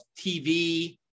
TV